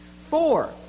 Four